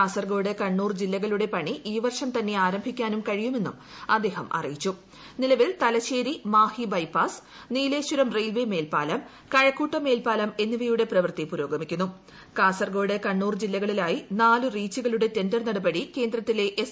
കാസർഗോഡ് കണ്ണൂർ ജില്ലകളുടെ പണി ഈ വർഷ്ട്ട് തന്നെ ആരംഭിക്കാനും കഴിയുമെന്നും അദ്ദേഹം അറിയിച്ചു നീല്വിൽ തലശ്ശേരി മാഹി ബൈപ്പാസ് നിലേശ്വരം റെയ്യിൽവേ മേൽപ്പാലം കഴക്കൂട്ടം മേൽപ്പാലം എന്നിവയുള്ട് കാസർഗോഡ് കണ്ണൂർ ജീല്ലകളിലായി നാലു റീച്ചുകളുടെ ടെണ്ടർ നടപടി കേന്ദ്രത്തിലെ ് എസ്